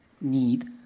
need